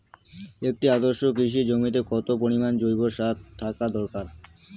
একটি আদর্শ কৃষি জমিতে কত পরিমাণ জৈব সার থাকা দরকার?